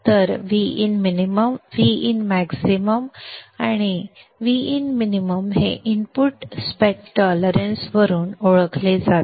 तर Vin min Vin max आणि Vin min हे इनपुट स्पेक टॉलरन्स वरून ओळखले जातात